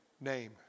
name